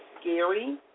scary